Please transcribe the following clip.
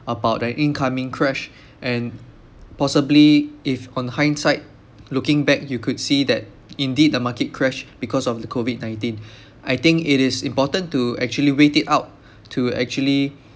about the incoming crash and possibly if on hindsight looking back you could see that indeed the market crash because of the COVID nineteen I think it is important to actually wait it out to actually